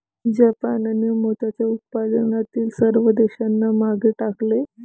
जापानने मोत्याच्या उत्पादनातील सर्व देशांना मागे टाकले